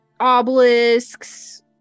Obelisks